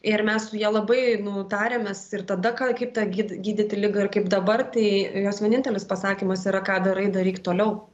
ir mes su ja labai nu tarėmes ir tada ką kaip tą gyd gydyti ligą ir kaip dabar tai jos vienintelis pasakymas yra ką darai daryk toliau